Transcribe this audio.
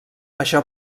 això